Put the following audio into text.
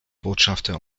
botschafter